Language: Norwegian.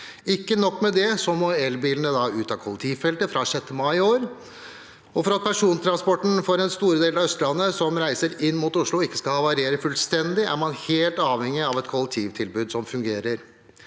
Ikke nok med det: Elbilene må ut av kollektivfeltet fra 6. mai i år. For at persontransporten for en stor del av Østlandet som reiser inn mot Oslo, ikke skal havarere fullstendig, er man helt avhengig av et kollektivtilbud som fungerer.